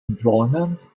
employment